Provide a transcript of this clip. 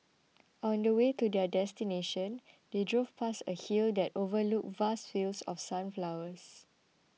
on the way to their destination they drove past a hill that overlooked vast fields of sunflowers